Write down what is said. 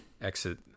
exit